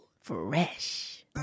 Fresh